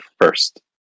first